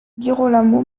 girolamo